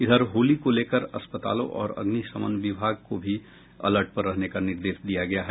इधर होली को लेकर अस्पतालों और अग्निशमन विभाग को भी अलर्ट रहने का निर्देश दिया गया है